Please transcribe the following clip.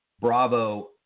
bravo